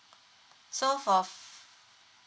so for